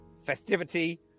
festivity